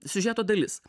siužeto dalis